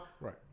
Right